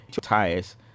tires